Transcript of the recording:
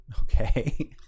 Okay